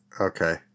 Okay